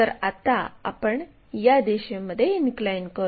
तर आता आपण या दिशेमध्ये हे इनक्लाइन करू